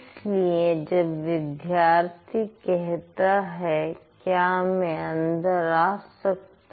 इसलिए जब विद्यार्थी कहता है क्या मैं अंदर आ सकता हूं